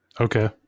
okay